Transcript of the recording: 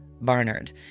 Barnard